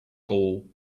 gall